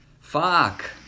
Fuck